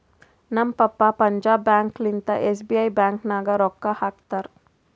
ನಮ್ papa Punjab bank ಲಿಂತಾ SBI bank ನಾಗ್ ರೊಕ್ಕಾ ಹಾಕ್ತಾರ್